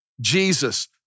Jesus